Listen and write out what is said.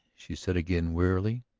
she said again wearily,